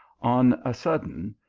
on a sudden,